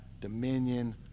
dominion